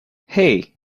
hey